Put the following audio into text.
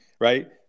right